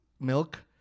milk